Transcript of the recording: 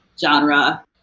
genre